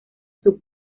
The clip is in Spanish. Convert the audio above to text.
sub